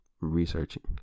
Researching